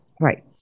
Right